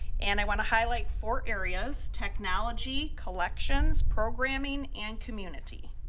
and i want to highlight four areas, technology, collections, programming and community,